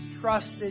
trusted